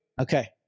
Okay